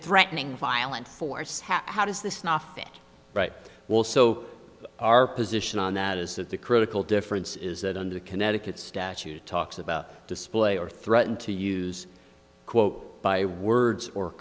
threatening violence force how does this not fit but also our position on that is that the critical difference is that under connecticut statute talks about display or threaten to use quote by words or